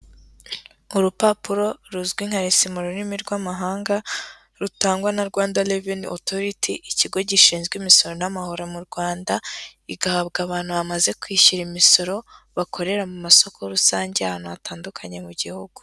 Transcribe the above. Urupapuro ruzwi nka resi mu rurimi rw'amahanga, rutangwa na Rwanda revini otoriti, ikigo gishinzwe imisoro n'amahoro mu Rwanda igahabwa abantu bamaze kwishyura imisoro bakorera mu masoko rusange ahantu hatandukanye mu gihugu.